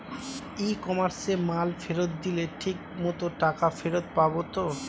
ই কমার্সে মাল ফেরত দিলে ঠিক মতো টাকা ফেরত পাব তো?